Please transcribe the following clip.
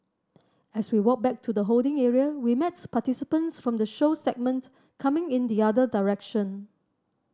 as we walk back to the holding area we meet participants from the show segment coming in the other direction